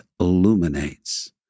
illuminates